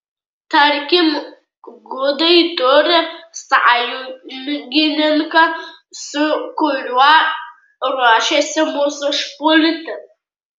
tarkim gudai turi sąjungininką su kuriuo ruošiasi mus užpulti